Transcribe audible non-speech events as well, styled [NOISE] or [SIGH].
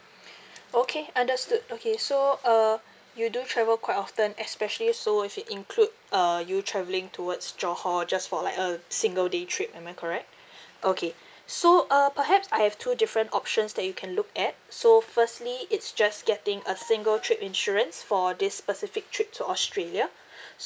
[BREATH] okay understood okay so uh [BREATH] you do travel quite often especially so if you include uh you travelling towards johor just for like a single day trip am I correct [BREATH] okay [BREATH] so uh perhaps I have two different options that you can look at so firstly it's just getting a single trip insurance for this specific trip to australia [BREATH]